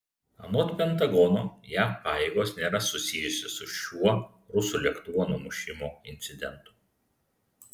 anot pentagono jav pajėgos nėra susijusios su šiuo rusų lėktuvo numušimo incidentu